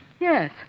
Yes